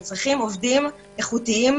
הם צריכים עובדים איכותיים,